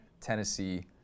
Tennessee